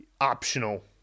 optional